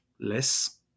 less